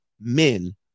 men